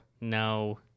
No